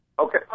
Okay